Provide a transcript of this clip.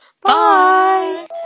Bye